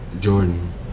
Jordan